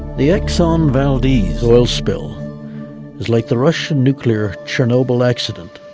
the exxon valdez oil spill was like the russian nuclear chernobyl accident.